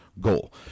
goal